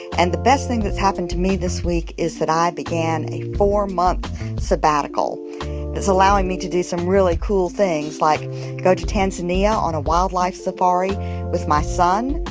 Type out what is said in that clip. and the best thing that's happened to me this week is that i began a four month sabbatical that's allowing me to do some really cool things, like go to tanzania on a wildlife safari with my son,